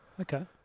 Okay